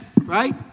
right